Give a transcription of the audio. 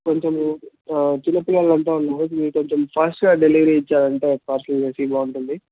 కొంచెము చిన్న పిల్లలు అంతా ఉన్నారు ఆ మీరు కొంచెం ఫాస్ట్గా డెలివరీ ఇచ్చారంటే హాస్టల్కి బాగుంటుంది